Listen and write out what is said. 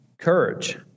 Courage